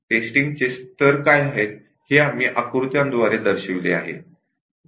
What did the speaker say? testing च्या कोणकोणत्या levels आहेत हे आम्ही आकृत्याद्वारे दर्शविले आहे